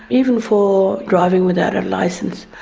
even for driving without a licence,